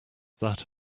that